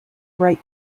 great